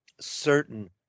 certain